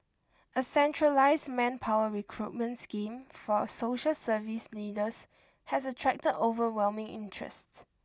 a centralised manpower recruitment scheme for a social service leaders has attracted overwhelming interests